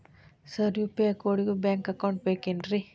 Sir UPI ಕೋಡಿಗೂ bank account ಬೇಕೆನ್ರಿ?